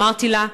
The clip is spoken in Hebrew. אמרתי לה: